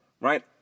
right